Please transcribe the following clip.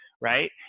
right